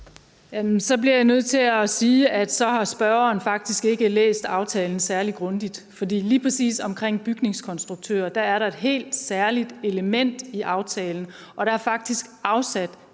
Så bliver jeg nødt til at sige, at så har spørgeren faktisk ikke læst aftalen særlig grundigt. For lige præcis hvad angår bygningskonstruktører, er der et helt særligt element i aftalen, og der er faktisk afsat